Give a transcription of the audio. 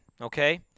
okay